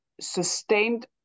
sustained